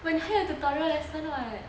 but 你还有 tutorial lesson [what]